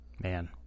Man